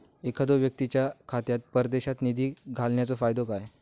एखादो व्यक्तीच्या खात्यात परदेशात निधी घालन्याचो फायदो काय?